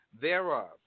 thereof